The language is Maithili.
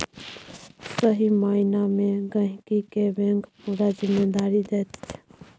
सही माइना मे गहिंकी केँ बैंक पुरा जिम्मेदारी दैत छै